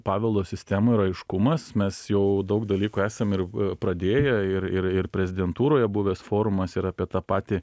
paveldo sistemoj yra aiškumas mes jau daug dalykų esam ir pradėję ir ir ir prezidentūroje buvęs forumas ir apie tą patį